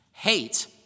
Hate